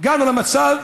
הגענו למצב,